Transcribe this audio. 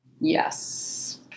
Yes